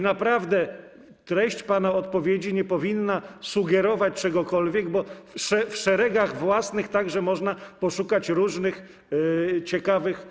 Naprawdę treść pana odpowiedzi nie powinna sugerować czegokolwiek, bo w szeregach własnych także można poszukać różnych ciekawych osobników.